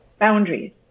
boundaries